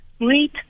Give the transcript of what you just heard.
great